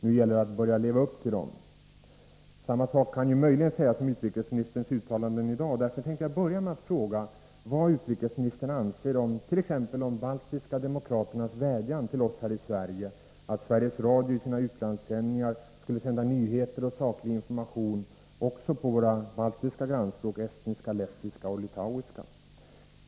Nu gäller det att börja leva upp till dem.” Samma sak kan möjligen sägas om utrikesministerns uttalanden i dag, och därför vill jag börja med att fråga vad utrikesministern anser om t.ex. de baltiska demokraternas vädjan till oss här i Sverige om att Sveriges Radio i sina utlandssändningar skall förmedla nyheter och saklig information också på våra baltiska grannspråk estniska, lettiska och litauiska.